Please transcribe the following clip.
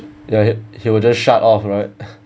ya he he will just shut off right